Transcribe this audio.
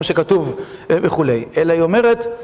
מה שכתוב וכולי, אלא היא אומרת